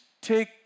take